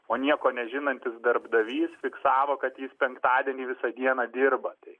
o nieko nežinantis darbdavys fiksavo kad jis penktadienį visą dieną dirba tai